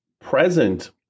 present